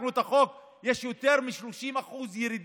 אה, אתה דואג עכשיו להשמנה?